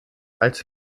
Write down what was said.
als